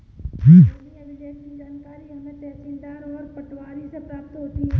भूमि अभिलेख की जानकारी हमें तहसीलदार और पटवारी से प्राप्त होती है